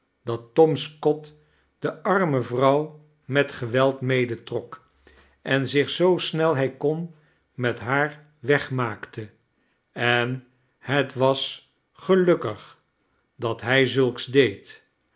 dat tom scott de arme vrouw met geweld medetrok en zich zoo snel hij kon met haar wegmaakte en het was gelukkig dat hij zulks deed